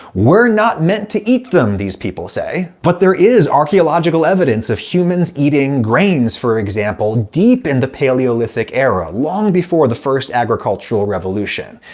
we're not meant to eat them, these people say, but there is archeological evidence of humans eating grains, for example, deep in the paleolithic era, long before the first agricultural revolution.